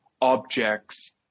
objects